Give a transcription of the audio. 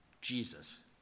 Jesus